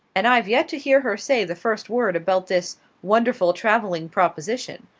and i've yet to hear her say the first word about this wonderful travelling proposition.